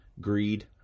greed